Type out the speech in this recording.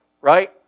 right